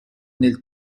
nel